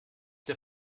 der